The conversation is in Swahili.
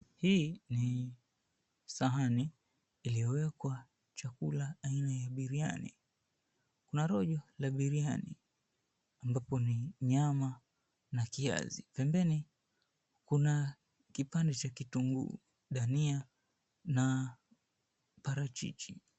Hii ni sahani iliyowekwa chakula aina ya biriani pamoja na rojo la biriani lenye nyama na viazi. Pembeni, kuna kipande cha kitunguu, majani ya dania, na parachichi.